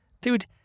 dude